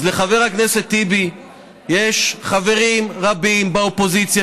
אז לחבר הכנסת טיבי יש חברים רבים באופוזיציה